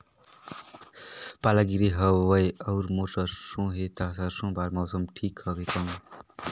पाला गिरे हवय अउर मोर सरसो हे ता सरसो बार मौसम ठीक हवे कौन?